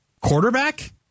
Quarterback